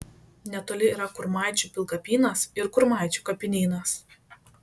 netoli yra kurmaičių pilkapynas ir kurmaičių kapinynas